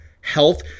health